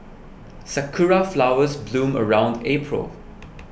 sakura flowers bloom around April